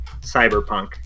cyberpunk